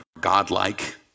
God-like